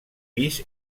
pis